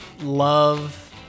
love